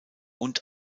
und